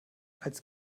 als